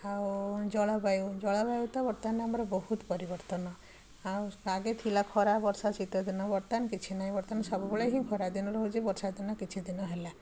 ଆଉ ଜଳବାୟୁ ଜଳବାୟୁ ତ ବର୍ତ୍ତମାନ ଆମର ବହୁତ ପରିବର୍ତ୍ତନ ଆଉ ଆଗେ ଥିଲା ଖରା ବର୍ଷା ଶୀତ ଦିନ ବର୍ତ୍ତମାନ କିଛି ନାହିଁ ବର୍ତ୍ତମାନ ସବୁବେଳେ ହିଁ ଖରାଦିନ ରହୁଛି ବର୍ଷାଦିନ କିଛିଦିନ ହେଲା